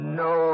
no